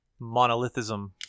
monolithism